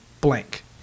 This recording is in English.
blank